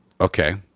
Okay